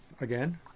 again